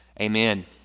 Amen